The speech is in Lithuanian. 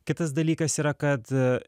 kitas dalykas yra kad